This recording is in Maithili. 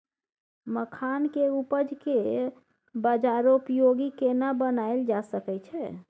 मखान के उपज के बाजारोपयोगी केना बनायल जा सकै छै?